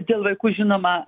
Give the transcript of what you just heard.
dėl vaikų žinoma